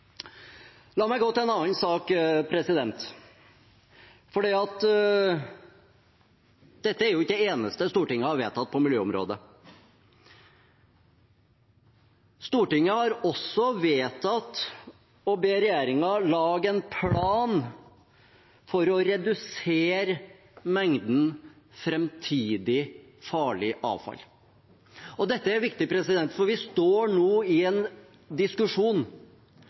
La meg gå til en annen sak, for dette er ikke det eneste Stortinget har vedtatt på miljøområdet. Stortinget har også vedtatt å be regjeringen lage en plan for å redusere mengden farlig avfall i framtiden. Dette er viktig, for vi står nå i en diskusjon